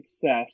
success